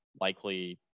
likely –